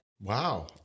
wow